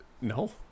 No